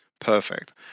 perfect